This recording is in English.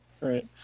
Right